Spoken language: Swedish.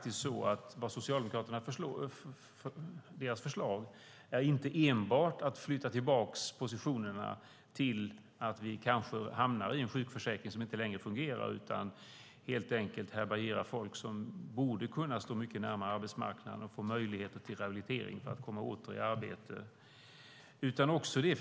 Socialdemokraternas förslag är inte enbart att flytta tillbaka positionerna till en sjukförsäkring som inte längre fungerar, utan det är helt enkelt fråga om att härbärgera folk som borde stå närmare arbetsmarknaden och få möjligheter till rehabilitering för att komma åter i arbete.